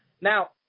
Now